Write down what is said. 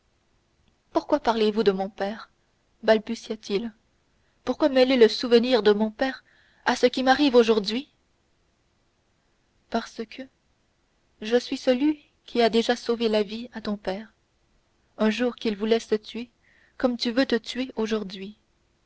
pourquoi parlez-vous de mon père balbutia-t-il pourquoi mêler le souvenir de mon père à ce qui m'arrive aujourd'hui parce que je suis celui qui a déjà sauvé la vie à ton père un jour qu'il voulait se tuer comme tu veux te tuer aujourd'hui